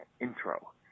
Intro